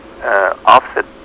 offset